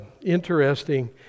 interesting